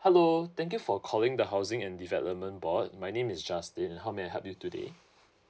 hello thank you for calling the housing and development board my name is justin how may I help you today